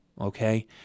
okay